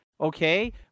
okay